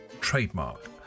trademark